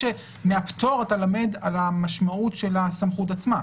מהפטור אתה למד על המשמעות של הסמכות עצמה.